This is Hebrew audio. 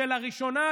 שלראשונה,